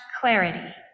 clarity